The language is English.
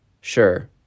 sure